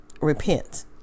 repent